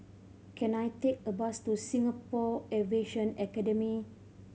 can I take a bus to Singapore Aviation Academy